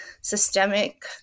systemic